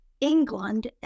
England